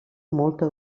molta